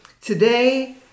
Today